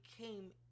came